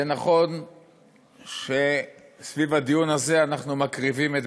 זה נכון שסביב הדיון הזה אנחנו מקריבים את